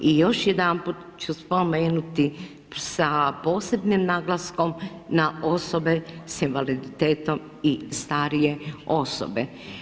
I još jedanput ću spomenuti sa posebnim naglaskom na osobe sa invaliditetom i starije osobe.